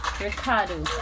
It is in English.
Ricardo